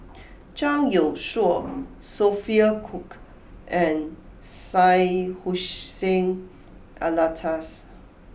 Zhang Youshuo Sophia Cooke and Syed Hussein Alatas